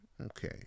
okay